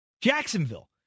Jacksonville